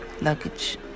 luggage